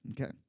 Okay